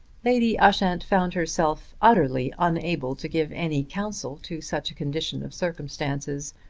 lady ushant found herself utterly unable to give any counsel to such a condition of circumstances.